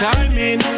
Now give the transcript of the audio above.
Timing